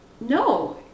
No